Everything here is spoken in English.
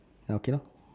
okay lor